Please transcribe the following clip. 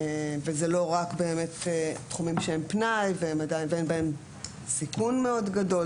וזה לא רק תחומים שהם פנאי ואין בהם סיכון מאוד גדול?